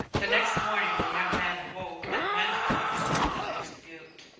the next morning the young man awoke and went on toward the next butte.